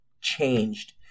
changed